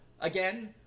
again